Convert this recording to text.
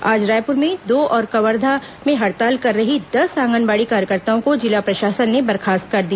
आज रायपुर में दो और कवर्धा में हड़ताल कर रही दस आंगनबाड़ी कार्यकर्ताओं को जिला प्रशासन ने बर्खास्त कर दिया